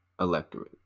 electorate